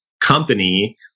company